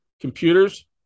Computers